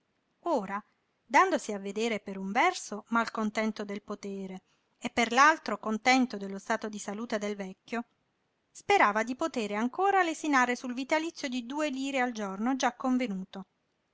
ora dandosi a vedere per un verso mal contento del podere e per l'altro contento dello stato di salute del vecchio sperava di potere ancora lesinare sul vitalizio di due lire al giorno già convenuto